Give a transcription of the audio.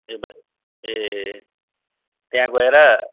ए बा ए त्यहाँ गएर